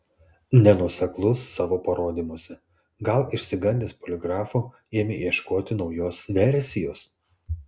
nenuoseklus savo parodymuose gal išsigandęs poligrafo ėmė ieškoti naujos versijos